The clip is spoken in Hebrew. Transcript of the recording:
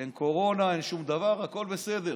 אין קורונה, אין שום דבר, הכול בסדר.